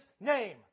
name